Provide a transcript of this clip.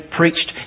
preached